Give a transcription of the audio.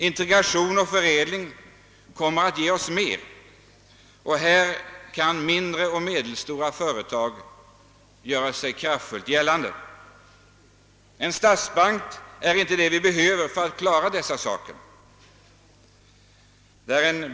Integration och föräd ling kommer att ge oss mer, och härvidlag kan mindre och medelstora företag göra sig väl gällande. En statsbank är inte vad vi behöver för att klara dessa saker.